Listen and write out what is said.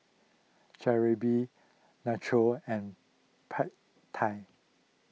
Jalebi Nachos and Pad Thai